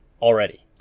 already